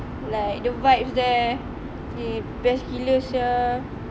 like the vibes there eh best gila sia